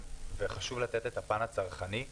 וחשוב לתת את הפן הצרכני.